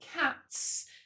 cats